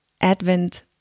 Advent